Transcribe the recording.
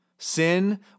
Sin